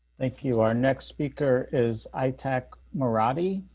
thank you. our next speaker is i attack marathi